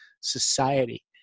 society